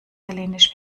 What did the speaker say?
hellenisch